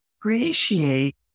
appreciate